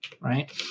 right